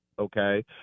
okay